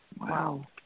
Wow